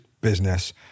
business